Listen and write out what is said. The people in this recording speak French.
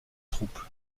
troupe